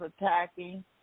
attacking